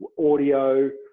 audio,